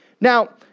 Now